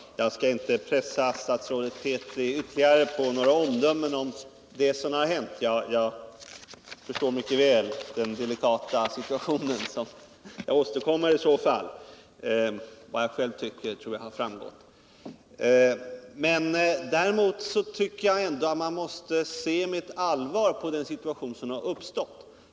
Herr talman! Jag skall inte pressa statsrådet Petri på några omdömen om vad som har hänt — jag förstår mycket väl att han befinner sig i en delikat situation. Vad jag själv tycker tror jag har framgått. Däremot anser jag att man måste se med allvar på den situation som har uppstått.